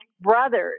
brothers